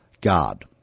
God